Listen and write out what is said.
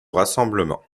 rassemblement